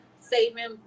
saving